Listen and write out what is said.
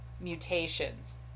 mutations